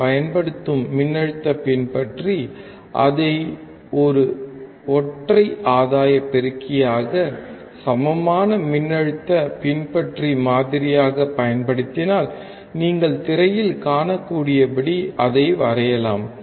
நாம் பயன்படுத்தும் மின்னழுத்த பின்பற்றி அதை ஒரு ஒற்றை ஆதாய பெருக்கியாகச் சமமான மின்னழுத்த பின்பற்றி மாதிரியாகப் பயன்படுத்தினால் நீங்கள் திரையில் காணக்கூடியபடி அதை வரையலாம்